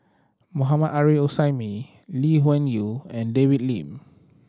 Mohammad Arif Suhaimi Lee Wung Yew and David Lim